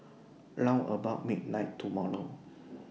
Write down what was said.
round about midnight tomorrow